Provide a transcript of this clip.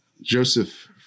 Joseph